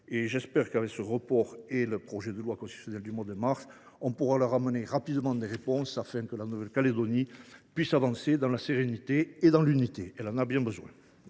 J’espère que, avec ce report et le projet de loi constitutionnelle que nous examinerons au mois de mars, nous pourrons leur apporter rapidement des réponses afin que la Nouvelle Calédonie puisse avancer dans la sérénité et dans l’unité. Elle en a bien besoin.